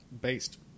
Based